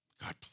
God